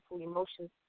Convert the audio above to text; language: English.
emotions